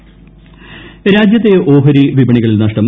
ഓഹരിസ്വർണം രാജ്യത്തെ ഓഹരി വിപണികളിൽ നഷ്ടം